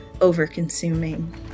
over-consuming